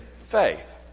faith